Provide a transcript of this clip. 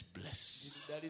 bless